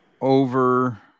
over